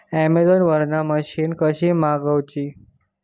Amazon वरन machine कशी मागवची?